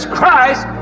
Christ